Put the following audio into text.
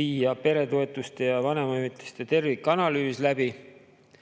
viia läbi peretoetuste ja vanemahüvitiste tervikanalüüs.